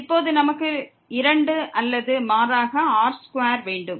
இப்போது நமக்கு 2 அல்லது மாறாக r2 வேண்டும்